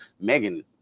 Megan